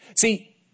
See